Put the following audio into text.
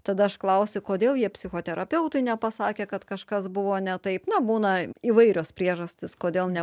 tada aš klausiu kodėl jie psichoterapeutui nepasakė kad kažkas buvo ne taip na būna įvairios priežastys kodėl ne